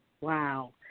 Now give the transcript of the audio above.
Wow